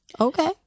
Okay